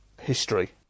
history